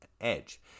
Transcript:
edge